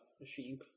machine